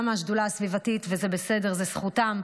גם השדולה הסביבתית, וזה בסדר, זו זכותם.